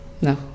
No